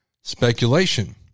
speculation